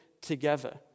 together